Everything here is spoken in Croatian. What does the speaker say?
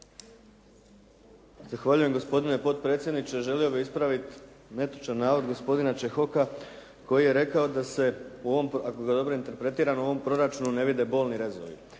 Zahvaljujem gospodine potpredsjedniče. Želio bih ispraviti netočan navod gospodina Čehoka koji je rekao da se u ovom, ako ga dobro interpretiram u ovom proračunu ne vide bolni rezovi.